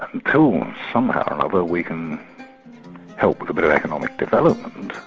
until somehow or another we can help with a bit of economic development,